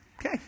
okay